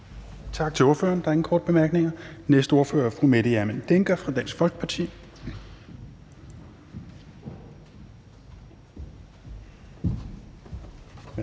Tak til ordføreren. Der er ingen korte bemærkninger. Den næste ordfører er fru Mette Hjermind Dencker fra Dansk Folkeparti.